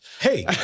Hey